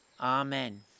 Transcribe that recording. amen